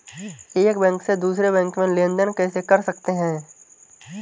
एक बैंक से दूसरे बैंक में लेनदेन कैसे कर सकते हैं?